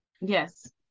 Yes